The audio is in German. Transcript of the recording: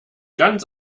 ganz